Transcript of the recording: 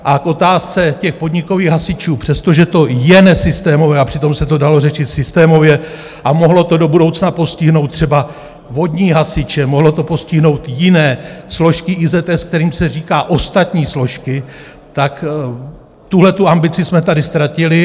A k otázce podnikových hasičů, přestože to je nesystémové, a přitom se to dalo řešit systémově a mohlo to do budoucna postihnout třeba vodní hasiče, mohlo to postihnout jiné složky IZS, kterým se říká ostatní složky, tak tuhletu ambici jsme tady ztratili.